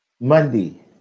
Monday